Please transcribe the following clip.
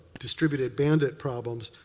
distributed bandit problems,